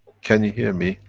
can you hear me?